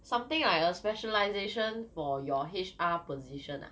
something like a specialization for your H_R position ah